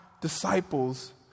disciples